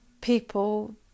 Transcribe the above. people